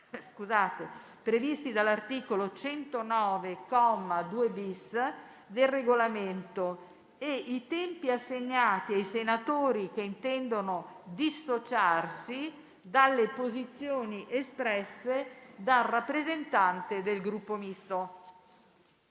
previsti dall'articolo 109, comma 2-*bis*, del Regolamento e i tempi assegnati ai senatori che intendono dissociarsi dalle posizioni espresse dal rappresentante del Gruppo Misto.